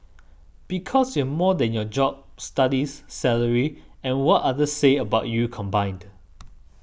because you're more than your job studies salary and what others say about you combined